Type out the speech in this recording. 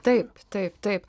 taip taip taip